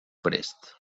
prest